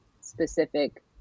specific